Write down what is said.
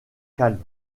calme